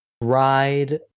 ride